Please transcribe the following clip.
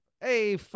hey